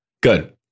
Good